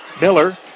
Miller